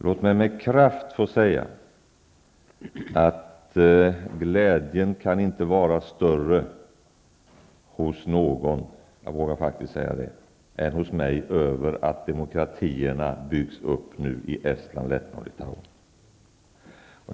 Låt mig med kraft få säga, att glädjen kan inte vara större hos någon -- jag vågar faktiskt säga det -- än hos mig över att demokratierna byggs upp nu i Estland, Lettland och Litauen.